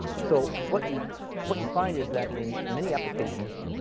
so what you what you find is that, in many applications,